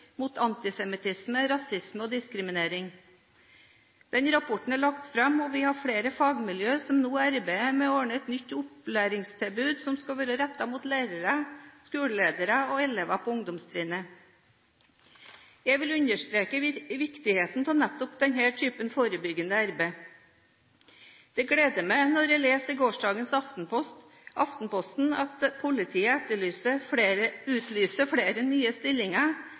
mot antisemittisme, rasisme og diskriminering. Denne rapporten er lagt fram, og det er flere fagmiljøer som nå arbeider med et nytt opplæringstilbud, rettet mot lærere, skoleledere og elever på ungdomstrinnet. Jeg vil understreke viktigheten av nettopp denne typen forebyggende arbeid. Det gleder meg å lese i gårsdagens Aftenposten at politiet utlyser flere nye stillinger